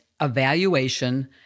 evaluation